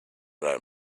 don’t